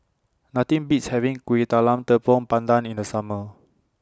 Nothing Beats having Kuih Talam Tepong Pandan in The Summer